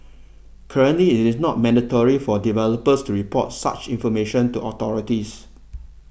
currently it is not mandatory for developers to report such information to authorities